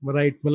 right